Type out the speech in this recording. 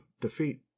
defeat